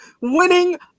winning